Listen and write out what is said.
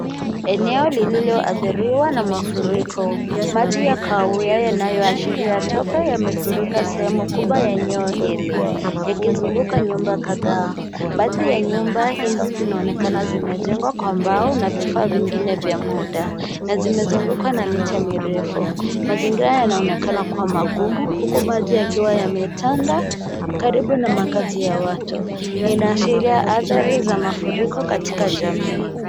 Eneo lililoathiriwa na mafuriko. Maji ya kahawia yanayoashiria tope yamefurika sehemu kubwa eneo hili, ikizunguka nyumba kadhaa. Baadhi ya nyumba hizi zinaonekana zimejengwa kwa mbao na vifaa vingine vya muda, na zimezungukwa na miche mirefu. Mazingira yanaonekana kuwa magumu huku maji yakiwa yametanda karibu na makazi ya watu. Inaashiria athari za mafuriko katika jamii.